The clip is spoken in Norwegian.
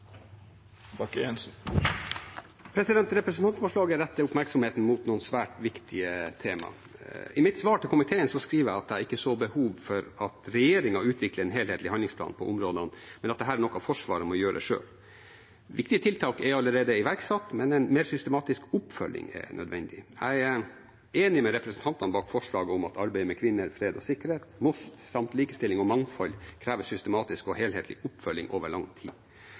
at jeg ikke ser behov for at regjeringen utvikler en helhetlig handlingsplan på områdene, men at dette er noe Forsvaret må gjøre selv. Viktige tiltak er allerede iverksatt, men en mer systematisk oppfølging er nødvendig. Jeg er enig med representantene bak forslaget i at arbeidet med kvinner, fred og sikkerhet, MOST, samt likestilling og mangfold krever systematisk og helhetlig oppfølging over lang tid.